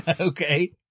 Okay